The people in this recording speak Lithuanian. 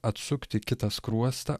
atsukti kitą skruostą